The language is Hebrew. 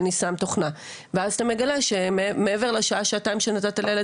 "אני שם תוכנה" ואז אתה מגלה שמעבר לשעה שעתיים שנתת בבית לילד